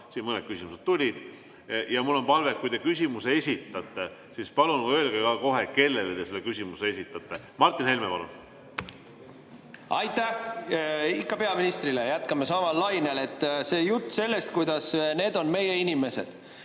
siin mõned küsimused tulid. Ja mul on palve, et kui te küsimuse esitate, siis palun öelge ka kohe, kellele te selle küsimuse esitate. Martin Helme, palun! Aitäh! Ikka peaministrile. Jätkame samal lainel. See jutt sellest, et need on meie inimesed.